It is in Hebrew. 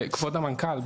כבוד המנכ"ל,